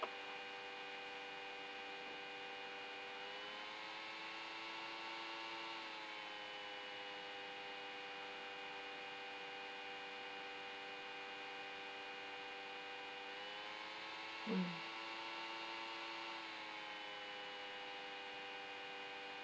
mm